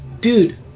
Dude